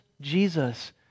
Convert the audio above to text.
Jesus